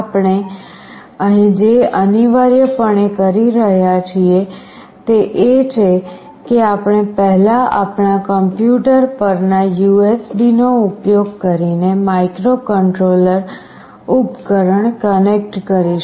આપણે અહીં જે અનિવાર્યપણે કરી રહ્યા છીએ તે એ છે કે આપણે પહેલા આપણા કમ્યુટર પર ના યુએસબીનો ઉપયોગ કરીને માઇક્રોકન્ટ્રોલર ઉપકરણ કનેક્ટ કરીશું